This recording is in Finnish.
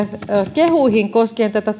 kehuihin koskien tätä